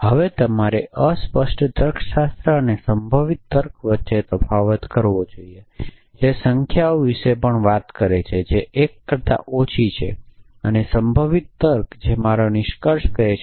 હવે તમારે અસ્પષ્ટ તર્કશાસ્ત્ર અને સંભવિત તર્ક વચ્ચે તફાવત કરવો જ જોઇએ જે સંખ્યાઓ વિશે પણ વાત કરે છે જે 1 કરતા ઓછી છે અને સંભવિત તર્ક જે મારો નિષ્કર્ષ કહે છે